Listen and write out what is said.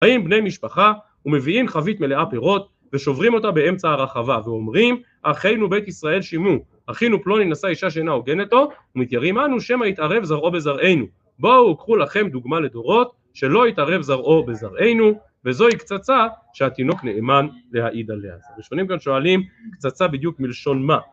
האם בני משפחה הוא מביאים חבית מלאה פירות ושוברים אותה באמצע הרחבה ואומרים אחינו בית ישראל שימו אחינו פלוני נשא אישה שאינה הוגן איתו ומתיירים אנו שמה יתערב זרעו בזרעינו בואו אוכלו לכם דוגמה לדורות שלא יתערב זרעו בזרעינו וזו הקצצה שהתינוק נאמן להעיד עליה ראשונים כאן שואלים קצצה בדיוק מלשון מה